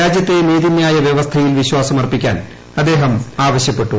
രാജ്യത്തെ നീതിന്യായ വ്യവസ്ഥയിൽ വിശ്വാസമർപ്പിക്കാൻ അദ്ദേഹം ആവശ്യപ്പെട്ടു